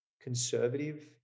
conservative